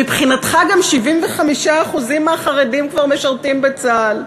מבחינתך, גם 75% מהחרדים כבר משרתים בצה"ל,